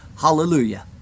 Hallelujah